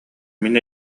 мин